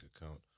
account